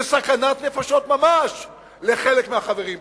זו סכנת נפשות ממש לחלק מהחברים פה.